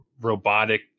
robotic